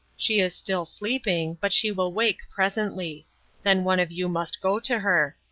she is still sleeping, but she will wake presently then one of you must go to her.